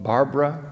Barbara